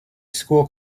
school